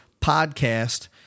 PODCAST